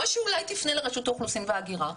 או שאולי היא תפנה לרשות האוכלוסין וההגירה,